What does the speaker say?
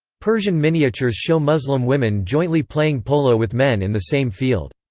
persian miniatures show muslim women jointly playing polo with men in the same field.